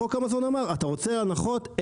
חוק המזון אמר, אתה רוצה הנחות?